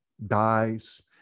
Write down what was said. dies